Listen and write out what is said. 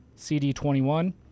CD21